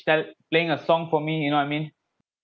sell playing a song for me you know I mean